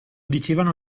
dicevano